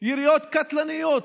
יריות קטלניות.